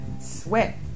sweat